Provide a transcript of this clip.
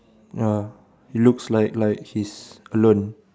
ya he looks like like he's alone